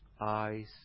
eyes